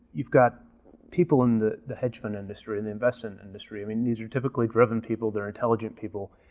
you've got people in the the hedge fund industry and the investment industry. i mean, these are typically driven people, they're intelligent people,